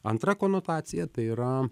antra konotacija tai yra